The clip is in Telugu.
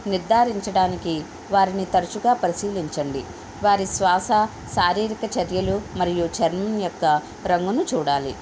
నిర్దారించడానికి వారిని తరచుగా పరిశీలించండి వారి శ్వాస శారీరక చర్యలు మరియు చర్మం యొక్క రంగును చూడాలి